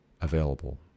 available